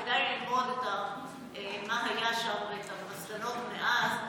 כדאי ללמוד מה היה שם ואת המסקנות מאז,